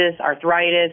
Arthritis